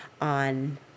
on